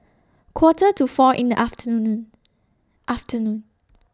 Quarter to four in The afternoon afternoon